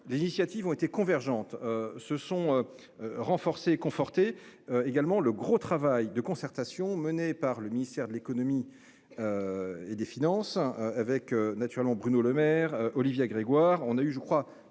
les initiatives ont été convergentes se sont. Renforcés confortés également le gros travail de concertation menée par le ministère de l'Économie. Et des Finances avec naturellement Bruno Lemaire Olivia Grégoire.